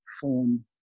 form